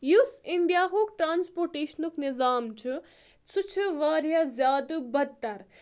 یُس اِنڈیاہُک ٹرانسپوٹیشنُک نِظام چھُ سُہ چھُ واریاہ زیادٕ بَدتر